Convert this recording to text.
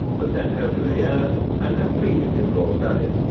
was sent home to vienna and completed his law studies.